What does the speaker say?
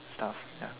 it's tough ya